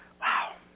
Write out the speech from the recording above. Wow